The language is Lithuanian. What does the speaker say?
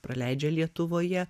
praleidžia lietuvoje